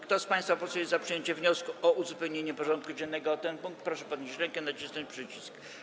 Kto z państwa posłów jest za przyjęciem wniosku o uzupełnienie porządku dziennego o ten punkt, proszę podnieść rękę i nacisnąć przycisk.